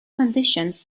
conditions